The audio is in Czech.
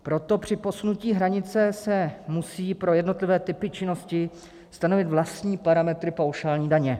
Proto při posunutí hranice se musí pro jednotlivé typy činnosti stanovit vlastní parametry paušální daně.